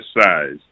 size